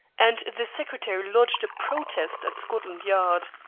and the secretary lodged a protest at scotland yard.